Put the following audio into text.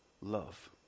Love